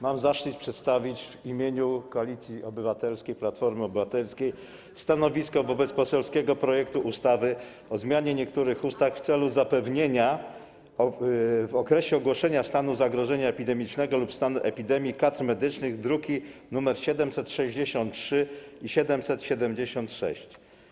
Mam zaszczyt przedstawić w imieniu Koalicji Obywatelskiej - Platformy Obywatelskiej stanowisko wobec poselskiego projektu ustawy o zmianie niektórych ustaw w celu zapewnienia w okresie ogłoszenia stanu zagrożenia epidemicznego lub stanu epidemii kadr medycznych, druki nr 763 i 776.